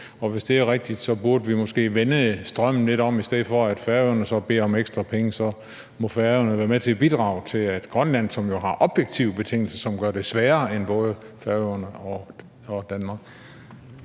hvis det er rigtigt, burde vi måske vende strømmen lidt om, så Færøerne i stedet for at bede om ekstra penge må være med til at bidrage til Grønland, som jo har objektiv betingelse, som gør det sværere end i både Færøerne og Danmark.